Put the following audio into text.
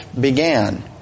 began